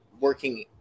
working